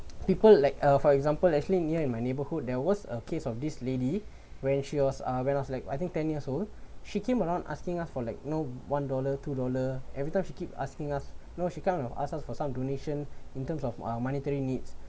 people like uh for example actually near in my neighborhood there was a case of this lady when she was uh when I was like I think ten years old she came around asking us for like note one dollar two dollar everytime she keep asking us no she kind of ask us for some donation in terms of monetary needs